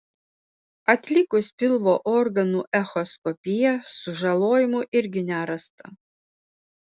atlikus pilvo organų echoskopiją sužalojimų irgi nerasta